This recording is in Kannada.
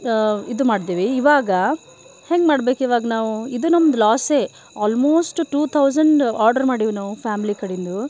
ಇದು ಮಾಡ್ದೇವು ಇವಾಗ ಹೆಂಗೆ ಮಾಡ್ಬೇಕು ಇವಾಗ ನಾವು ಇದು ನಮ್ದು ಲಾಸೇ ಆಲ್ಮೋಶ್ಟ್ ಟು ಥೌಸಂಡ್ ಆರ್ಡ್ರ್ ಮಾಡೀವಿ ನಾವು ಫಾಮ್ಲಿ ಕಡೆಯಿಂದು